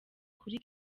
kuri